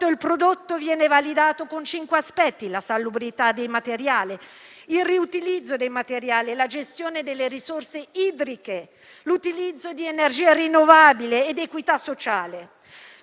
il prodotto viene validato con cinque aspetti: la salubrità dei materiali e il loro riutilizzo, la gestione delle risorse idriche, l'utilizzo di energia rinnovabile e l'equità sociale.